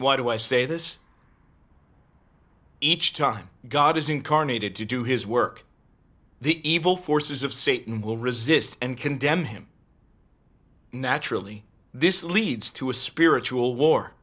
why do i say this each time god is incarnated to do his work the evil forces of satan will resist and condemn him naturally this leads to a spiritual war